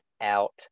out